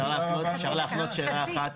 אפשר להפנות שאלה אחת?